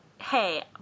hey